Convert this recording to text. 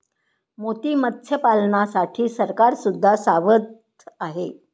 मोती मत्स्यपालनासाठी सरकार सुद्धा सावध आहे